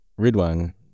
Ridwan